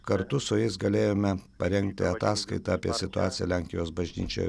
kartu su jais galėjome parengti ataskaitą apie situaciją lenkijos bažnyčioje